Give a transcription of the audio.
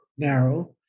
narrow